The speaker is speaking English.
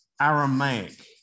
Aramaic